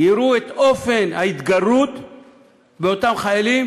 יראו את אופן ההתגרות באותם חיילים,